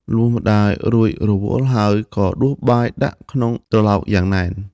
លុះម្ដាយរួចរវល់ហើយ ក៏ដួសបាយដាក់ក្នុងត្រឡោកយ៉ាងណែន។